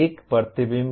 एक प्रतिबिंब है